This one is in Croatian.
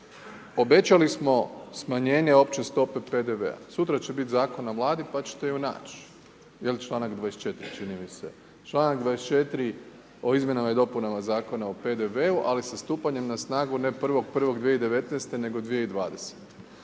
Obećali smo smanjenje opće stope PDV-a. Sutra će biti Zakon na Vladi, pa ćete ju naći. Jel članaka 24. čini mi se. Članak 24. o Izmjenama i dopunama Zakona o PDV-u, ali sa stupanjem na snagu ne 1.1.2019. nego 2020.